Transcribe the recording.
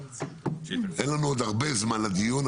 אין לנו הרבה זמן לדיון,